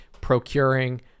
procuring